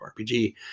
rpg